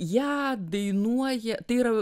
ją dainuoja tai yra